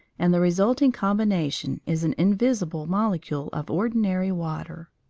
and the resulting combination is an invisible molecule of ordinary water.